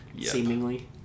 seemingly